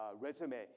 resume